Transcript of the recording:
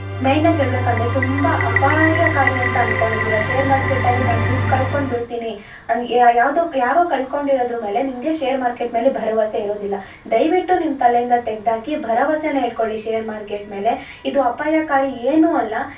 ಮೇಯ್ನಾಗಿ ಹೇಳ್ಬೇಕಂದರೆ ತುಂಬಾ ಅಪಾಯಕಾರಿ ಅಂತ ಅನ್ಕೊಂಡಿದ್ದೀರ ಶೇರ್ ಮಾರ್ಕೆಟಲ್ಲಿ ನಾನು ದುಡ್ಡು ಕಳ್ಕೊಂಡು ಬಿಡ್ತೀನಿ ಅನ್ ಯಾವುದೋ ಯಾರೊ ಕಳ್ಕೊಂಡು ಇರೋದ್ರು ಮೇಲೆ ನಿಮಗೆ ಶೇರ್ ಮಾರ್ಕೆಟ್ ಮೇಲೆ ಭರವಸೆ ಇರೋದಿಲ್ಲ ದಯವಿಟ್ಟು ನಿಮ್ಮ ತಲೆಯಿಂದ ತೆಗ್ದು ಹಾಕಿ ಭರವಸೆನೆ ಇಟ್ಕೊಳಿ ಶೇರ್ ಮಾರ್ಕೆಟ್ ಮೇಲೆ ಇದು ಅಪಾಯಕಾರಿ ಏನು ಅಲ್ಲ